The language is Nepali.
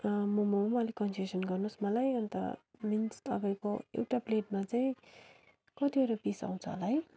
मोमोमा पनि अलिक कन्सेसन गर्नुहोस् मलाई अन्त मिन्स तपाईँको एउटा प्लेटमा चाहिँ कतिवटा पिस आउँछ होला है